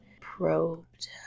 probed